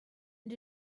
and